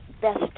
best